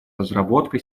разработка